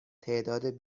تعداد